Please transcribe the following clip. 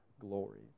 glory